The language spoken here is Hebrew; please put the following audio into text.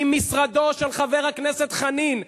ממשרדו של חבר הכנסת חנין,